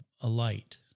alight